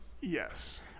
Yes